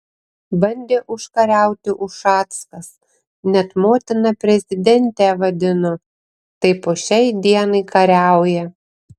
bandė užkariauti ušackas net motina prezidentę vadino tai po šiai dienai kariauja